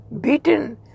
beaten